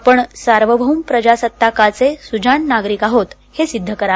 आपण सार्वभौम प्रजासत्ताकाचै सुजाण नागरिक आहोत हे सिद्धकरा